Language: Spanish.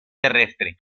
terrestre